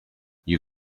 you